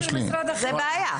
זאת בעיה.